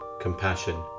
compassion